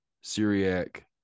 Syriac